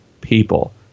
people